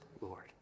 Lord